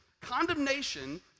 Condemnation